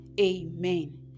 amen